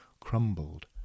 crumbled